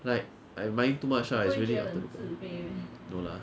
like I mind too much lah it's really up to y~ no lah